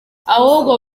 ahubwo